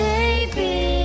Baby